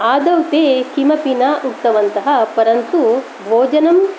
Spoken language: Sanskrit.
आदौ ते किमपि न उक्तवन्तः परन्तु भोजनं